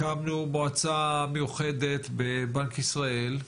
הקמנו מועצה מיוחדת בבנק ישראל,